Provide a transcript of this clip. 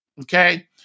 Okay